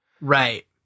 Right